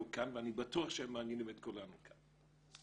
כאן ואני בטוח שהם מעניינים את כולנו כאן.